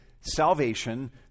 salvation